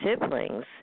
siblings